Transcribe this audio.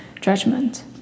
judgment